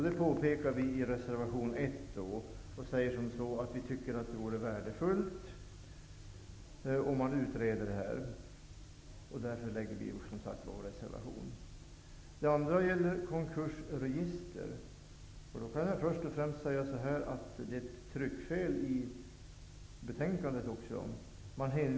Det påpekar vi i reservation 1, där vi säger att det vore värdefullt om denna fråga utreddes. Den andra frågan gäller ett konkursregister. Först vill jag säga att det är ett tryckfel i betänkandet.